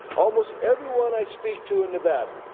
almost everyone i speak to in nevada,